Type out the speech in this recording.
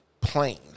Plain